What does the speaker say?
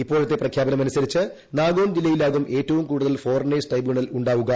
ഇപ്പോഴത്തെ പ്രഖ്യാപനം അനുസരിച്ച് നാഗോൺ ജില്ലയിലാകും ഏറ്റവും കൂടുതൽ ഫോറിനേഴ്സ് ട്രിബ്യൂണൽ ഉണ്ടാവുക